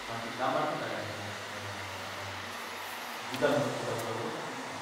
Samping kamar itu kaya ada kaya ada gudang, gudang gudang- rusak begitu.